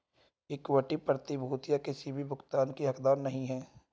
equity प्रतिभूतियां किसी भी भुगतान की हकदार नहीं हैं